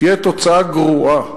תהיה תוצאה גרועה.